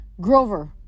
Grover